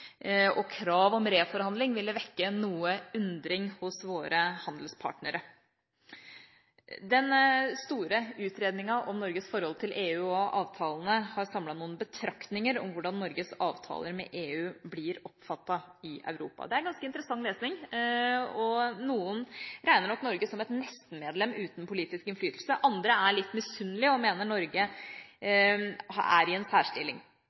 og krav om reforhandling, ville vekke noe undring hos våre handelspartnere. Den store utredninga om Norges forhold til EU og avtalene har samlet noen betraktninger om hvordan Norges avtaler med EU blir oppfattet i Europa. Det er ganske interessant lesning. Noen regner nok Norge som et nesten-medlem uten politisk innflytelse. Andre er litt misunnelige og mener Norge er i en særstilling.